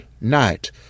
night